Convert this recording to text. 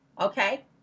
okay